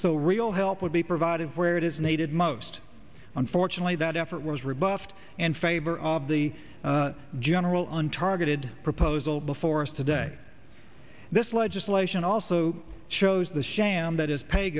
so real help would be provided where it is needed most unfortunately that effort was rebuffed in favor of the general and targeted proposal before us today this legislation also shows the sha